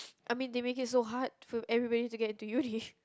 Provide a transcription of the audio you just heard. I mean they make it so hard for everybody to get into uni